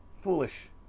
Foolish